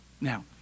Now